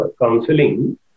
counseling